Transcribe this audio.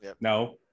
no